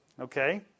Okay